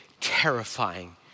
terrifying